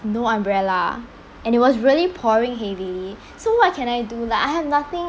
no umbrella and it was really pouring heavily so what can I do lah I have nothing